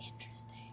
Interesting